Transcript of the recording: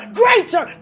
greater